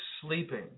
sleeping